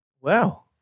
Wow